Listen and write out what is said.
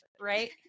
right